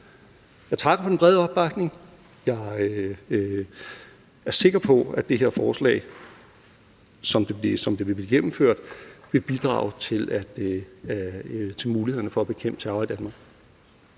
Jeg takker for den brede opbakning. Jeg er sikker på, at det her forslag, som det vil blive gennemført, vil bidrage til mulighederne for at bekæmpe terror i Danmark.